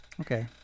Okay